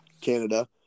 Canada